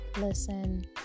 Listen